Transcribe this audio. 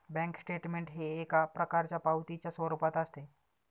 bank statement हे एक प्रकारच्या पावतीच्या स्वरूपात असते